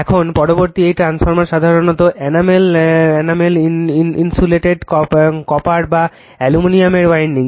এখন পরবর্তী এই ট্রান্সফরমার সাধারণত এনামেল ইনসুলেটেড কপার বা অ্যালুমিনিয়ামের উইন্ডিং